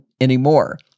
anymore